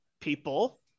people